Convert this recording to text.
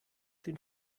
den